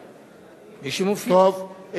טוב.